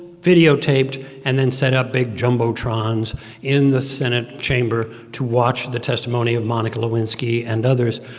videotaped and then set up big jumbotrons in the senate chamber to watch the testimony of monica lewinsky and others.